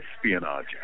Espionage